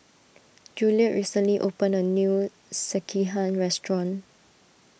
Juliette recently opened a new Sekihan restaurant